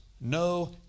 no